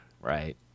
Right